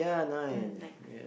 mm nine